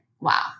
wow